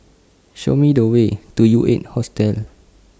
Show Me The Way to U eight Hostel